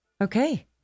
Okay